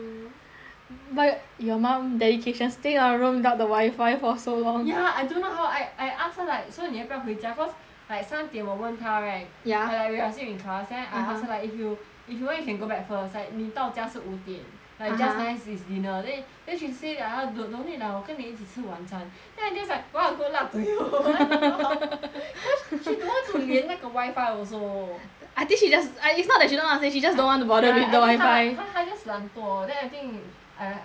but your mom dedication stay in our room without the wifi for so long ya I don't know how I I ask her like so 你要不要回家 cause like 三点我问她 right ya like we are still in class (uh huh) then I ask her like if you if you want you can go back first like 你到家是五点 (uh huh) like just nice is dinner then then she said ya I do~ don't need lah 我跟你一起吃晚餐 then I'm just like !wah! good luck to you cause she don't want to 连那个 wifi also I think she just I it's not that she don't know to say she just don't want to bother ya I think 她 with the wifi 她 just 懒惰 then I think I I help her do lor